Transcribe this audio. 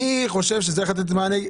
אני חושב שצריך לתת מענה.